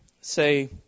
say